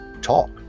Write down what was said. talk